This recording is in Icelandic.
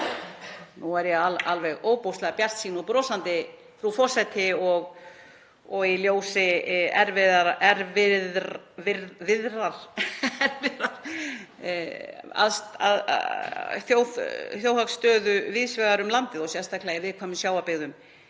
Nú er ég alveg ofboðslega bjartsýn og brosandi, frú forseti, og í ljósi erfiðrar þjóðhagsstöðu víðs vegar um landið og sérstaklega í viðkvæmum sjávarbyggðum